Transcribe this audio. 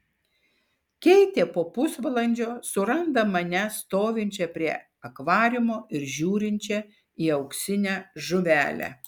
keitė po pusvalandžio suranda mane stovinčią prie akvariumo ir žiūrinčią į auksinę žuvelę